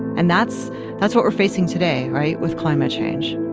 and that's that's what we're facing today right? with climate change.